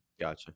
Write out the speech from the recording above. gotcha